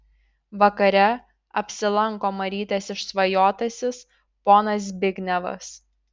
vakare apsilanko marytės išsvajotasis ponas zbignevas